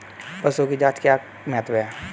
पशुओं की जांच का क्या महत्व है?